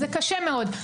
זה קשה מאוד.